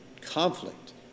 conflict